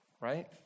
right